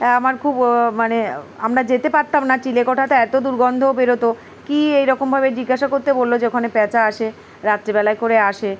আমার খুব মানে আমরা যেতে পারতাম না চিলেকোঠাতে এত দুর্গন্ধও বেরোতো কী এইরকমভাবে জিজ্ঞাসা করতে বললো যে ওখানে প্যাঁচা আসে রাত্রিবেলায় করে আসে